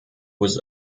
was